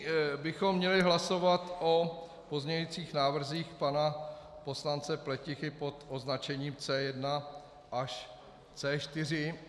Nyní bychom měli hlasovat o pozměňovacích návrzích pana poslance Pletichy pod označením C1 až C4.